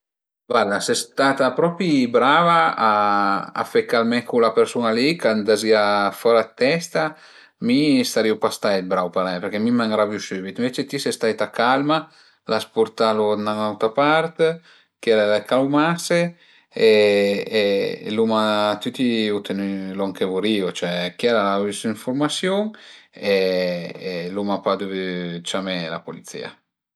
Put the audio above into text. Guarda ses staita propi brava a a fe calmé cula persun-a li ch'a andazìa fora d'testa, mi sarìu pa stait brau parei perché mi m'ënrabiu sübit, ënvece ti ses staita calma, l'as purtalu da ün'auta part, chila al e calmase e l'uma l'uma tüti utenü lon che vurìu, cioè chiel al a avü sun ënfurmasiun e l'uma pa duvü ciamé la pulisia